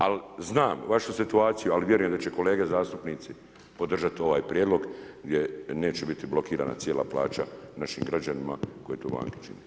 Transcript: Ali znam vašu situaciju, ali vjerujem da će kolege zastupnici podržat ovaj prijedlog gdje neće biti blokirana cijela plaća našim građanima koje to banke čine.